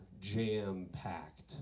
jam-packed